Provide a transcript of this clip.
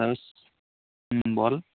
হুম বল